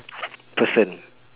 person